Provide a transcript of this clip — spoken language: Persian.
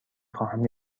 خواهم